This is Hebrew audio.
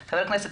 בבקשה.